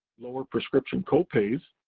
lower prescription copays,